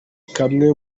kamwe